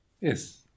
Yes